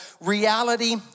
Reality